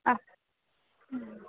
ஆ ம்